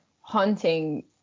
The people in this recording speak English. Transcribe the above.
haunting